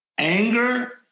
Anger